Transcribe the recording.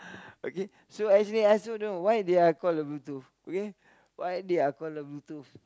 okay so actually I also don't know why they are call a Bluetooth okay why they're call a Bluetooth